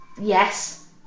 Yes